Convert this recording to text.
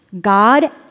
God